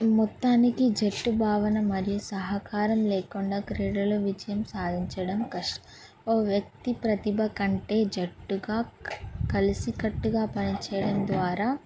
మొత్తానికి జట్టు భావన మరియు సహకారం లేకుండా క్రీడలు విజయం సాధించడం కష్ట ఓ వ్యక్తి ప్రతిభ కంటే జట్టుగా కలిసి కట్టుగా పనిచేయడం ద్వారా